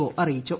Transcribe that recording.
O അറിയിച്ചു